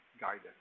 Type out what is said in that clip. guidance